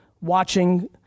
watching